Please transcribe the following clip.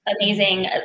amazing